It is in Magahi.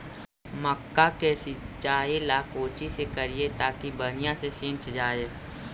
मक्का के सिंचाई ला कोची से करिए ताकी बढ़िया से सींच जाय?